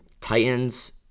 Titans